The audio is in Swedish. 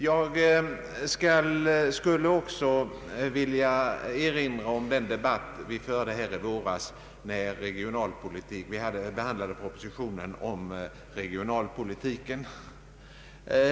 Jag skulle också vilja erinra om den debatt som vi förde här i våras när vi behandlade propositionen om regionalpolitiken.